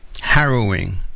Harrowing